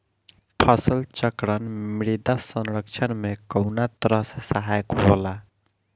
फसल चक्रण मृदा संरक्षण में कउना तरह से सहायक होला?